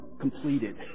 completed